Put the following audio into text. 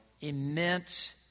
immense